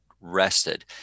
rested